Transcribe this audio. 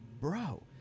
bro